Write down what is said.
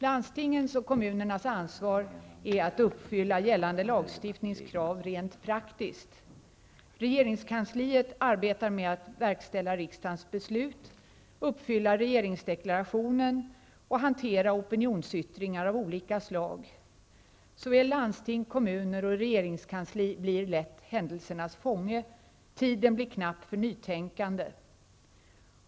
Landstingens och kommunernas ansvar är att uppfylla gällande lagstiftningskrav rent praktiskt. Regeringskansliet arbetar med att verkställa riksdagens beslut, uppfylla regeringsdeklarationen och hantera opinionsyttringar av olika slag. Såväl landsting, kommuner som regering blir lätt händelsernas fånge. Tiden blir knapp för nytänkande.